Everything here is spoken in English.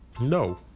no